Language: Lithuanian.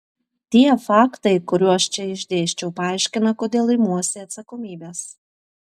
tie faktai kuriuos čia išdėsčiau paaiškina kodėl imuosi atsakomybės